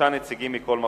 שלושה נציגים מכל מחוז,